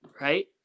right